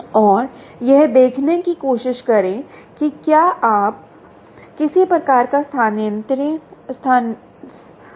और यह देखने की कोशिश करें कि क्या आप किसी प्रकार का स्थानीयकरण कर सकते हैं